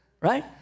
Right